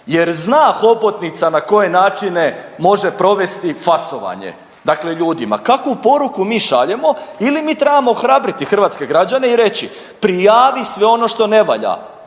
jer zna hobotnica na koje načine može provesti fasovanje dakle ljudima, kakvu poruku mi šaljemo ili mi trebamo ohrabriti hrvatske građane i reći prijavi sve ono što ne valja,